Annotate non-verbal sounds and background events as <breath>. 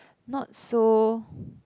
not so <breath>